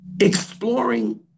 exploring